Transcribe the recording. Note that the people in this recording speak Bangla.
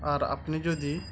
আর আপনি যদি